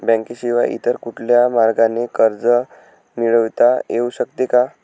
बँकेशिवाय इतर कुठल्या मार्गाने कर्ज मिळविता येऊ शकते का?